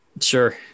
Sure